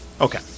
okay